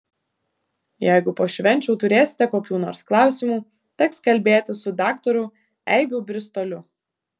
jeigu po švenčių turėsite kokių nors klausimų teks kalbėtis su daktaru eibių bristoliu